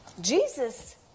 Jesus